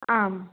आम्